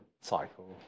cycle